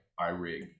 iRig